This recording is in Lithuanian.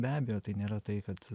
be abejo tai nėra tai kad